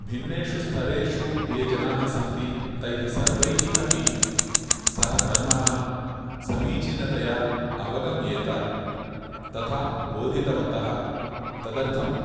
भिन्नेषु स्तरेषु ये जनाः सन्ति तैः सर्वैः अपि सः धर्मः समीचीनतया अवगम्येत तथा बोधितवन्तः तदर्थम्